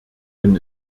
denn